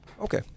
Okay